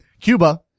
Cuba